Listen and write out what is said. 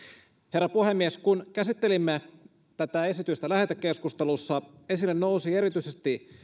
herra puhemies kun käsittelimme tätä esitystä lähetekeskustelussa esille nousi erityisesti